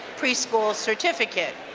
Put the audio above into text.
preschool certificate.